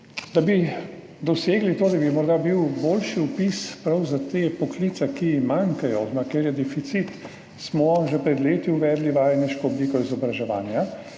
Da bi dosegli to, da bi morda bil boljši vpis prav za te poklice, ki manjkajo oziroma kjer je deficit, smo že pred leti uvedli vajeniško obliko izobraževanja.